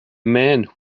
man